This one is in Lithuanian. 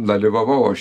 dalyvavau aš